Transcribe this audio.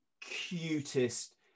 cutest